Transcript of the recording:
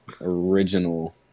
original